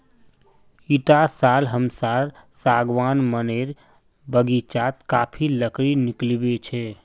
इटा साल हमसार सागवान मनेर बगीचात काफी लकड़ी निकलिबे छे